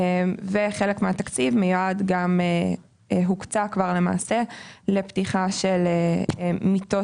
חלק מהתקציב המיועד הוקצה לפתיחה של מיטות